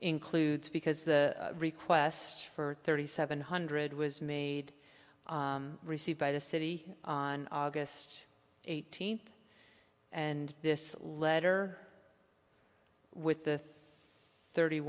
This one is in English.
includes because the request for thirty seven hundred was made received by the city on august eighteenth and this letter with the thirty